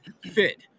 fit